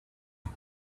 one